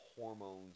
hormones